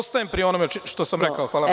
Ostajem pri onome što sam rekao.